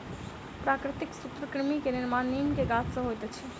प्राकृतिक सूत्रकृमि के निर्माण नीम के गाछ से होइत अछि